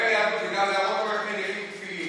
יש הבדל בין לדבר יהדות לבין לשדל בני אדם לשנות את אורח חייהם.